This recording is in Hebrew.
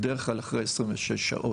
בדרך כלל אחרי 26 שעות.